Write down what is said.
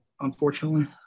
unfortunately